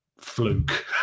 fluke